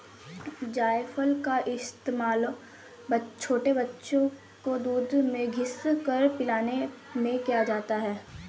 जायफल का इस्तेमाल छोटे बच्चों को दूध में घिस कर पिलाने में किया जाता है